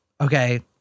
okay